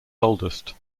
oldest